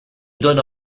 donne